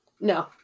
no